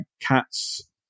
cat's